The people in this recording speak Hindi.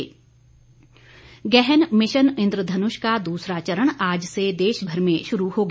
मिशन इन्द्र धनुष गहन मिशन इन्द्र धनुष का दूसरा चरण आज से देशभर में शुरू हो गया